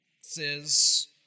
says